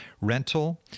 rental